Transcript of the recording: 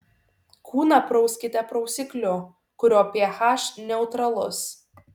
kūną prauskite prausikliu kurio ph neutralus